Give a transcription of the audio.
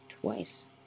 twice